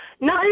No